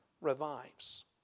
revives